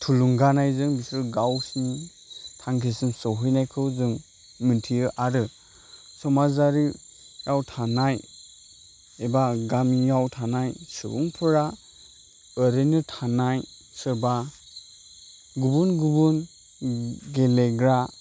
थुलुंगानायजों बिसोर गावसोरनि थांखिसिम सौहैनायखौ जों मोनथियो आरो समाजारि आव थानाय एबा गामियाव थानाय सुबुंफोरा ओरैनो थानाय सोरबा गुबुन गुबुन गेलेग्रा